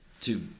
Two